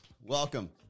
welcome